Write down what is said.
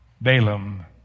Balaam